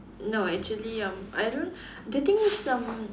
no actually um I don't the thing is um